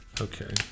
Okay